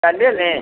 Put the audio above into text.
क्या ले लें